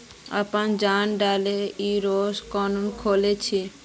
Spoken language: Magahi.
अपना जान डार इंश्योरेंस क्नेहे खोल छी?